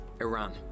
Iran